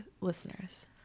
listeners